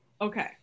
Okay